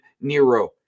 Nero